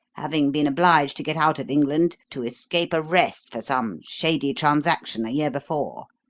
having been obliged to get out of england to escape arrest for some shady transaction a year before.